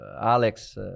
Alex